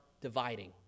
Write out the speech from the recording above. dividing